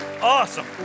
Awesome